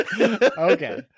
Okay